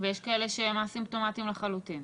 ויש כאלה שהם א-סימפטומטיים לחלוטין.